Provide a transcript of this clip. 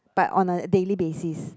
but on a daily basis